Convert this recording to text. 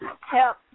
help